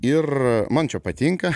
ir man čia patinka